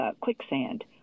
quicksand